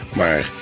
maar